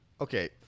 Okay